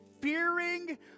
fearing